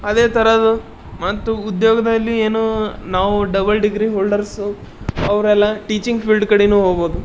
ಅದೇ ಥರದ್ದು ಮತ್ತು ಉದ್ಯೋಗದಲ್ಲಿ ಏನೋ ನಾವು ಡಬಲ್ ಡಿಗ್ರಿ ಹೋಲ್ಡರ್ಸು ಅವರೆಲ್ಲ ಟೀಚಿಂಗ್ ಫೀಲ್ಡ್ ಕಡೆನೇ ಹೋಗೋದು